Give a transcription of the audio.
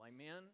Amen